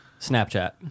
Snapchat